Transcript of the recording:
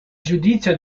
giudizio